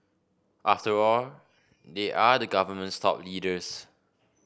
after all they are the government's top leaders